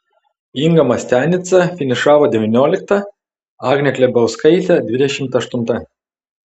inga mastianica finišavo devyniolikta agnė klebauskaitė dvidešimt aštunta